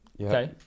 Okay